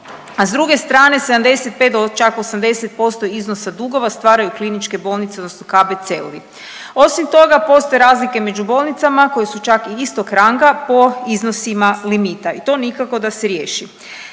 s druge strane 75 do čak 80% iznosa dugova stvaraju kliničke bolnice odnosno KBC-ovi. Osim toga postoje razlike među bolnicama koje su čak i istog ranga po iznosima limita i to nikako da se riješi.